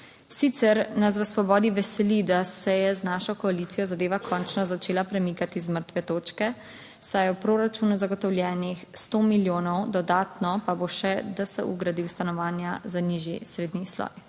Sicer nas v svobodi veseli, da se je z našo koalicijo zadeva končno začela premikati z mrtve točke, saj je v proračunu zagotovljenih sto milijonov, dodatno pa bo še DSU gradil stanovanja za nižji srednji sloj.